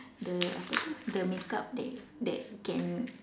the apa tu the makeup that that can